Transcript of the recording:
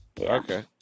Okay